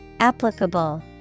Applicable